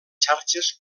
xarxes